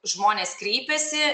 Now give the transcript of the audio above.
žmonės kreipiasi